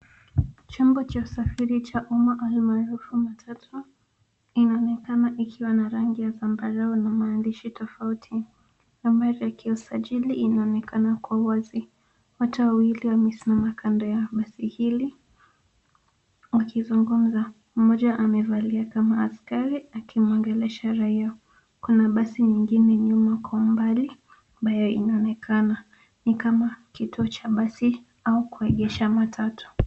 Chombo cha usafiri cha umma almaarufu matatu inaonekana ikiwa na rangi ya zambarau na maandishi tofauti. Nambari ya kiusajili inaonekana kuwa wazi. Wote wawili wamesimama kando ya basi hili wakizungumza mmoja amevalia kama askari akimuongelesha raia. Kuna basi nyingine nyuma kwa umbali, ambayo inaonekana ni kama kituo cha basi au kuegesha matatu.